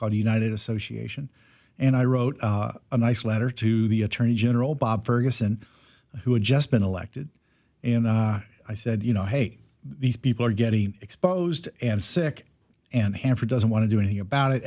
called united association and i wrote a nice letter to the attorney general bob ferguson who had just been elected and i said you know hey these people are getting exposed and sick and half or doesn't want to do anything about it